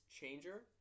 changer